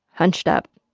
hunched up,